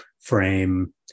frame